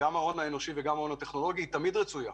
האנושי והטכנולוגי היא תמיד רצויה,